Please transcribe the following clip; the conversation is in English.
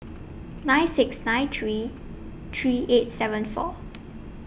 nine six nine three three eight seven four